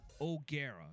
O'Gara